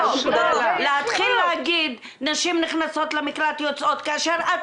להתחיל להגיד שנשים נכנסות למקלט ויוצאות כאשר את